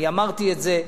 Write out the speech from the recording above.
אני אמרתי את זה.